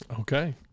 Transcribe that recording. okay